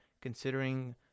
considering